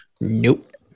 Nope